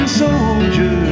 soldier